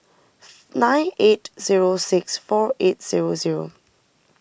nine eight zero six four eight zero zero